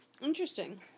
Interesting